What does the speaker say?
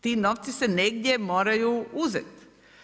Ti novci se negdje moraju uzeti.